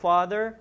Father